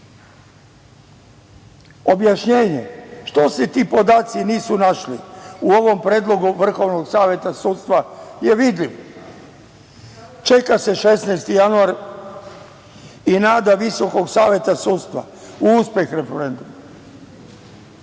ovome. Objašnjenje što se ti podaci nisu našli u ovom predlogu Vrhovnog saveta sudstva je vidljiv, čeka se 16. januar i nada Visokog saveta sudstva u uspeh referenduma.